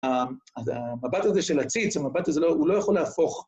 אז המבט הזה של הציץ, המבט הזה, הוא לא יכול להפוך.